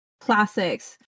Classics